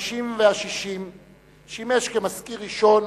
ה-50 וה-60 שימש מזכיר ראשון